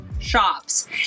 shops